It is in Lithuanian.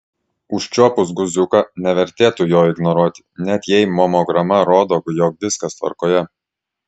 užčiuopus guziuką nevertėtų jo ignoruoti net jei mamograma rodo jog viskas tvarkoje